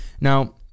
now